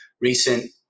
recent